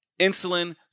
insulin